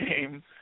game